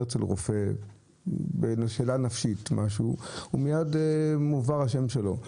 שביקר אצל רופא בנושא נפשי מיד מועבר השם שלו.